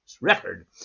record